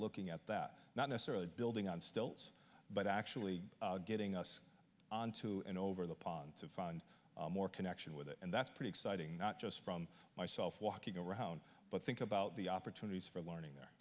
looking at that not necessarily building on stilts but actually getting us onto an over the pond to find more connection with it and that's pretty exciting not just from myself walking around but think about the opportunities for learning there